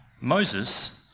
Moses